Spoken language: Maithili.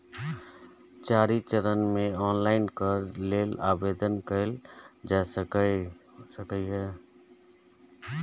चारि चरण मे ऑनलाइन कर्ज लेल आवेदन कैल जा सकैए